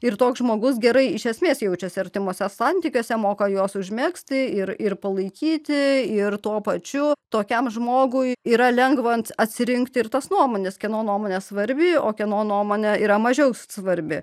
ir toks žmogus gerai iš esmės jaučiasi artimuose santykiuose moka juos užmegzti ir ir palaikyti ir tuo pačiu tokiam žmogui yra lengva ant atsirinkti ir tos nuomonės kieno nuomonė svarbi o kieno nuomonė yra mažiau svarbi